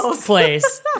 place